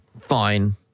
Fine